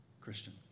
Christian